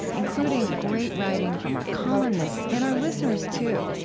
including great writing from our columnists and our listeners too,